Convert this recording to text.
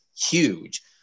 huge